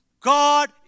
God